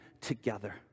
together